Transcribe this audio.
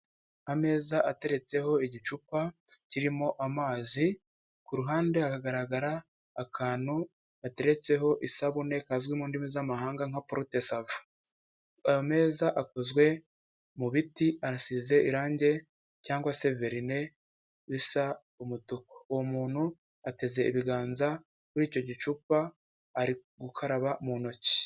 Ameza ateretseho igicupa kirimo amazi, ku ruhande hakagaragara akantu bateretseho isabune kazwi mu ndimi z'amahanga nka porote savo, ayo ameeza akozwe mu biti arasize irangi cyangwa se verine, bisa uwo muntu ateze ibiganza kuri icyo gicupa ari gukaraba mu ntoki.